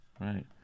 right